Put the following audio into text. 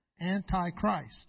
Anti-Christ